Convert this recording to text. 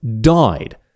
died